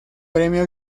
premio